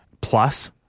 plus